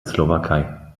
slowakei